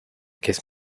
kiss